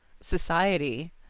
society